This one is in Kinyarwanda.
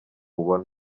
ubona